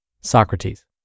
Socrates